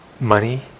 money